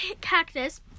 cactus